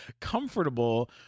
comfortable